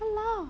!walao!